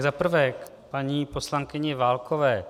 Za prvé paní poslankyni Válkové.